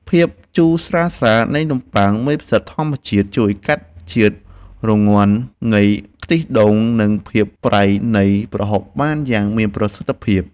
ភាពជូរស្រាលៗនៃនំប៉័ងមេផ្សិតធម្មជាតិជួយកាត់ជាតិរងាន់នៃខ្ទិះដូងនិងភាពប្រៃនៃប្រហុកបានយ៉ាងមានប្រសិទ្ធភាព។